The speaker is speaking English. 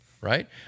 right